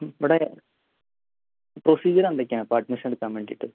ഇവിടെ പ്രൊസീജിയർ എന്തൊക്കെയാ ഇപ്പം അഡ്മിഷൻ എടുക്കാൻ വേണ്ടീട്ട്